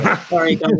Sorry